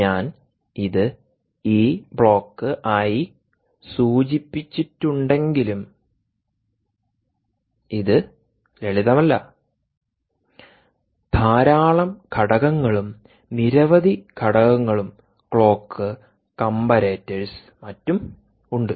ഞാൻ ഇത് ഈ ബ്ലോക്ക് ആയി സൂചിപ്പിച്ചിട്ടുണ്ടെങ്കിലും ഇത് ലളിതമല്ല ധാരാളം ഘടകങ്ങളും നിരവധി ഘടകങ്ങളും ക്ലോക്ക് കമ്പരേറ്റേഴ്സ് മറ്റും ഉണ്ട്